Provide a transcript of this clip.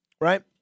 right